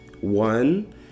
one